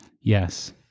Yes